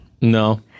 No